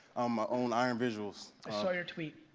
um i own iron visuals. i saw your tweet.